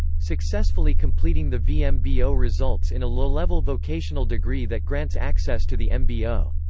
successfully completing the vmbo results in a low-level vocational degree that grants access to the mbo.